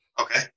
Okay